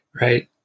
right